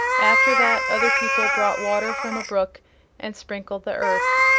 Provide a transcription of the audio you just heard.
after that other people brought water from a brook and sprinkled the earth.